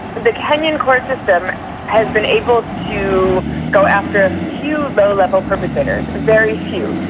the kenyan court system has been able to go after few low-level perpetrators, very few,